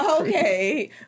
Okay